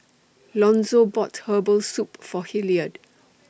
Lonzo bought Herbal Soup For Hilliard